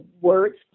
words